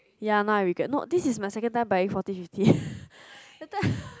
ya now I regret not this is my second time buying forty fifty that time